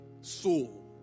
soul